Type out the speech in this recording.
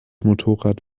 motorrad